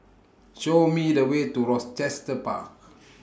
Show Me The Way to Rochester Park